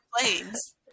planes